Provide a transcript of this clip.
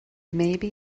maybe